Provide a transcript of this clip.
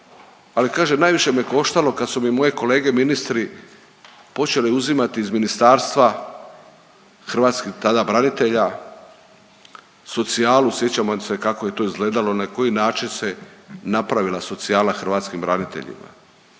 Ali kaže: „Najviše me koštalo kada su mi moje kolege ministri počeli uzimati iz Ministarstva hrvatskih tada branitelja socijalu.“ Sjećamo se kako je to izgledalo, na koji način se napravila socijala hrvatskim braniteljima.